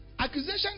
Accusation